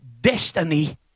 destiny